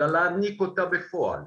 אלא להעניק אותה בפועל,